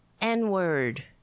N-word